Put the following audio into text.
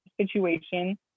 situation